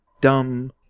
dumb